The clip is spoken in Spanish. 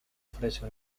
ofrece